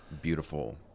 beautiful